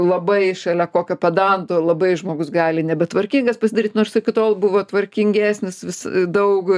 labai šalia kokio pedanto labai žmogus gali nebe tvarkingas pasidaryt nors iki tol buvo tvarkingesnis daug